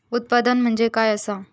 उत्पादन म्हणजे काय असा?